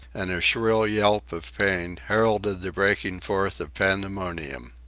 and a shrill yelp of pain, heralded the breaking forth of pandemonium.